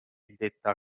detta